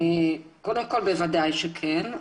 קודם כל בוודאי שכן.